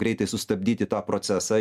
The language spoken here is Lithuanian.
greitai sustabdyti tą procesą